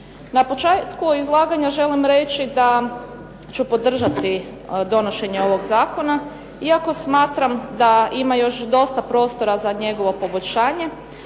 Na početku izlaganja želim reći da ću podržati donošenje ovog Zakona, iako smatram da ima još dosta prostora za njegovo poboljšanje,